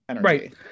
right